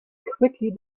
quickly